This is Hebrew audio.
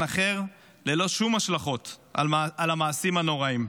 אחר ללא שום השלכות של המעשים הנוראיים.